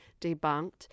debunked